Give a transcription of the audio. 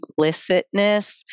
implicitness